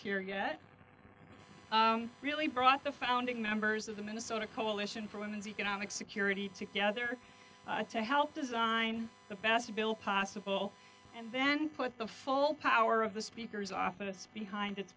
here yet really brought the founding members of the minnesota coalition for women's economic security together to help design the best bill possible and then put the full power of the speaker's office behind